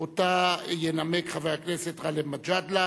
מאת חבר הכנסת סעיד נפאע,